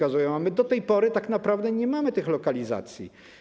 A my do tej pory tak naprawdę nie mamy tych lokalizacji.